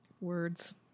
Words